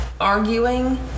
arguing